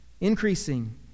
increasing